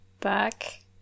back